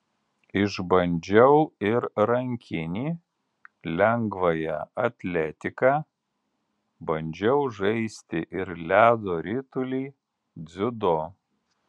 išbandžiau ir rankinį lengvąją atletiką bandžiau žaisti ir ledo ritulį dziudo